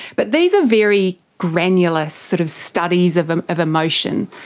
but these are very granular sort of studies of um of emotion.